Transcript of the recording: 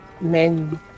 men